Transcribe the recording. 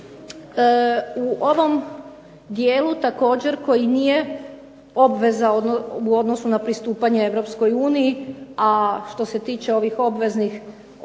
U ovom dijelu također koji nije obveza u odnosu na pristupanje Europskoj uniji, a što se tiče ovih obveza za